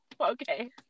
okay